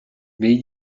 mais